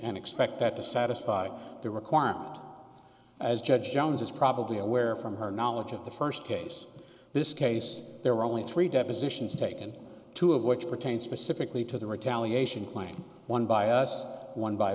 and expect that to satisfy the requirement as judge jones is probably aware from her knowledge of the first case this case there were only three depositions taken two of which pertain specifically to the retaliation claim one by us one by